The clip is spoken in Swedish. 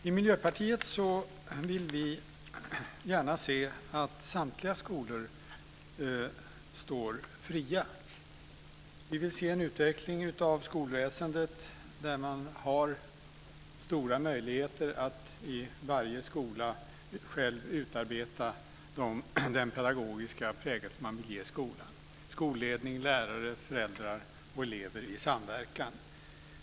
Fru talman! Vi i Miljöpartiet vill gärna se att samtliga skolor står fria. Vi vill se en utveckling av skolväsendet där man i varje skola har stora möjligheter att själv utarbeta den pedagogiska prägel som man vill ge skolan. Det ska göras av skolledning, lärare, föräldrar och elever i samverkan.